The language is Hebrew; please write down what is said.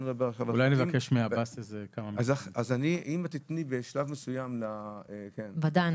אם את תתני בשלב מסוים ל- -- בוודאי,